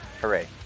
hooray